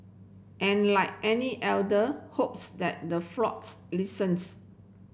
and like any elder hopes that the flocks listens